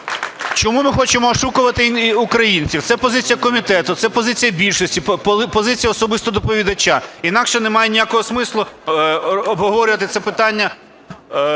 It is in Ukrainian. чому ми хочемо ошукувати українців? Це позиція комітету, це позиція більшості, позиція особисто доповідача? Інакше немає ніякого смислу обговорювати це питання